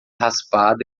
raspada